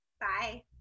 Bye